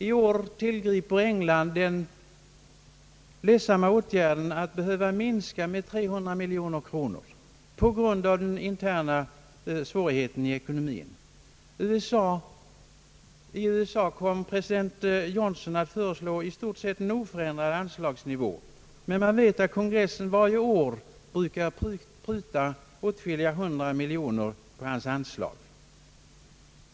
I år tillgriper England en ledsam åtgärd genom att minska biståndet med 300 miljoner kronor på grund av de interna svårigheterna i ekonomien, I USA föreslår president Johnson i stort sett oförändrad anslagsnivå, men man vet att kongressen varje år brukar pruta åtskilliga hundra miljoner på hans förslag.